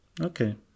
Okay